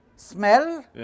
smell